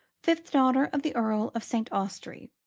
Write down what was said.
fifth daughter of the earl of st. austrey.